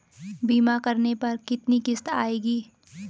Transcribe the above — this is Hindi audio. बीमा करने पर कितनी किश्त आएगी?